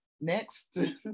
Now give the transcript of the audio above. Next